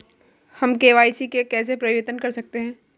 हम के.वाई.सी में कैसे परिवर्तन कर सकते हैं?